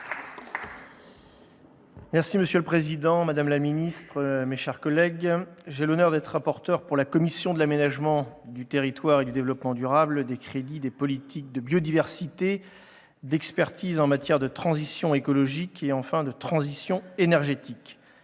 avis. Monsieur le président, madame la ministre, mes chers collègues, j'ai l'honneur d'être rapporteur pour la commission de l'aménagement du territoire et du développement durable des crédits des politiques de biodiversité, d'expertise en matière de transition écologique et enfin de transition énergétique.